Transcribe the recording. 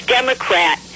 Democrat